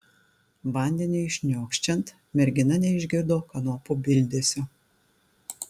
vandeniui šniokščiant mergina neišgirdo kanopų bildesio